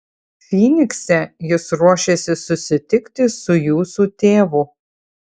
fynikse jis ruošėsi susitikti su jūsų tėvu